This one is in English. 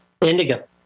indigo